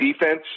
defense